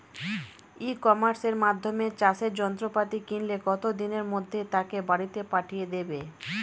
ই কমার্সের মাধ্যমে চাষের যন্ত্রপাতি কিনলে কত দিনের মধ্যে তাকে বাড়ীতে পাঠিয়ে দেবে?